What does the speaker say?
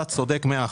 אתה צודק מאה אחוז,